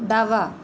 डावा